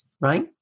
right